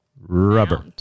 rubber